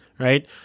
Right